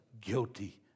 Guilty